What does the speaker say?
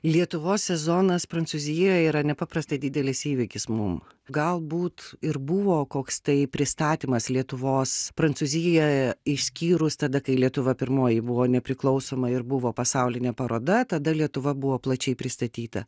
lietuvos sezonas prancūzijoj yra nepaprastai didelis įvykis mum galbūt ir buvo koks tai pristatymas lietuvos prancūzijoj išskyrus tada kai lietuva pirmoji buvo nepriklausoma ir buvo pasaulinė paroda tada lietuva buvo plačiai pristatyta